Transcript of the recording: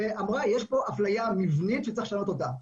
ואמרה שיש פה אפליה מבנית שצריך לשנות אותה,